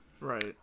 Right